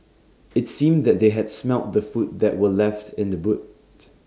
IT seemed that they had smelt the food that were left in the boot